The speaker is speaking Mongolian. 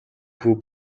хүү